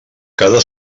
cada